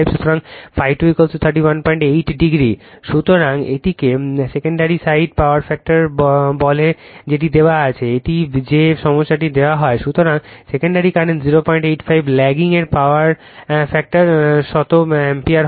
সুতরাং ∅ 2 318 ডিগ্রী সুতরাং এটিকে সেকেন্ডারি সাইড পাওয়ার ফ্যাক্টর বলে যেটি দেওয়া হয়েছে এটি যে সমস্যাটি দেওয়া হয় যখন সেকেন্ডারি কারেন্ট 085 ল্যাগিং এর পাওয়ার ফ্যাক্টরে শত অ্যাম্পিয়ার হয়